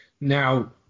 Now